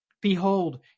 Behold